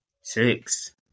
Six